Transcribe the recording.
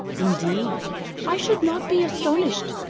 indeed i should not be astonished,